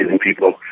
people